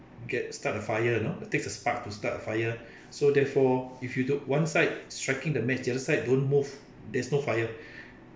get start a fire you know it takes a spark to start a fire so therefore if you don't one side striking the match the other side don't move there's no fire